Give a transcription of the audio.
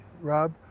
Rob